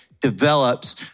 develops